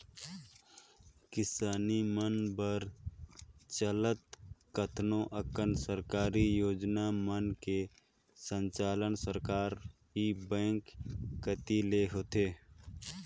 किसानी मन बर चलत केतनो अकन सरकारी योजना मन के संचालन सहकारी बेंक कति ले होथे